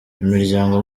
imiryango